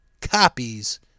copies